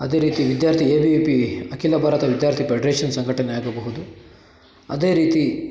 ಅದೇ ರೀತಿ ವಿದ್ಯಾರ್ಥಿ A B V P Akhil Bharat Vidyarthi federation ಸಂಘಟನೆ ಆಗಬಹುದು ಅದೇ ರೀತಿ